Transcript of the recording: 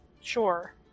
Sure